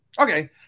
Okay